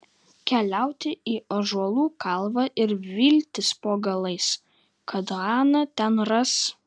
keliauti į ąžuolų kalvą ir viltis po galais kad haną ten ras